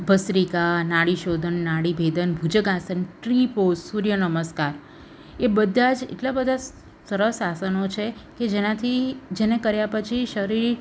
ભસ્રિકા નાડીશોધન નાડીભેદન ભુજંગ આસન ટ્રી પૉઝ સૂર્ય નમસ્કાર એ બધાં જ એટલા બધાં સરસ આસનો છે કે જેનાથી જેને કર્યાં પછી શરીર